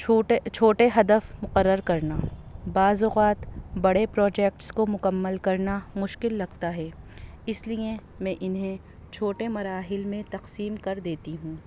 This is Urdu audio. چھوٹے چھوٹے ہدف مقر کرنا بعض اوقات بڑے پروجیکٹس کو مکمل کرنا مشکل لگتا ہے اس لیے میں انہیں چھوٹے مراحل میں تقسیم کر دیتی ہوں